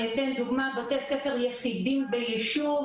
אני אתן דוגמה: בתי ספר יחידים ביישוב